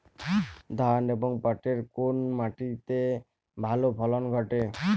ধান এবং পাটের কোন মাটি তে ভালো ফলন ঘটে?